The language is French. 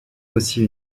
aussi